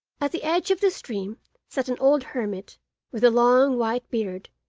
at the edge of the stream sat an old hermit with a long white beard,